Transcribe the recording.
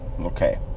okay